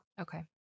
Okay